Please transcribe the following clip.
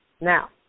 Now